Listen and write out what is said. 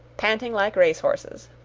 panting like race-horses.